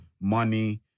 money